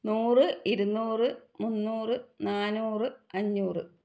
നൂറ് ഇരുന്നൂറ് മുന്നൂറ് നാന്നുറു അഞ്ഞൂറ്